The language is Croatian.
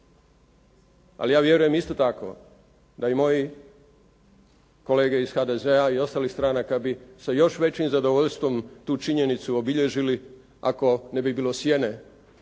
Ali ja vjerujem isto tako da i moji kolege iz HDZ-a i ostalih stranaka bi sa još većim zadovoljstvom tu činjenicu obilježili ako ne bi bilo sjene